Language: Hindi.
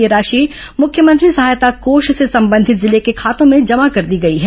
यह राशि मुख्यमंत्री सहायता कोष से संबंधित जिले के खातों में जमा कर दी गई है